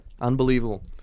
Unbelievable